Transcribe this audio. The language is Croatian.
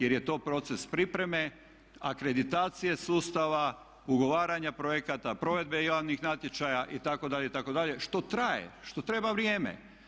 Jer je to proces pripreme akreditacije sustava, ugovaranja projekata, provedbe javnih natječaja itd. itd. što traje, što treba vrijeme.